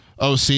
OC